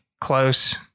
close